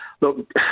Look